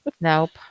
Nope